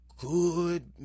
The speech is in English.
good